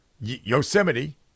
yosemite